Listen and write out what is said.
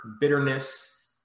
bitterness